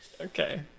Okay